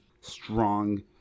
strong